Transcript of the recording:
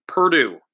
Purdue